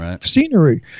scenery